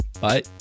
bye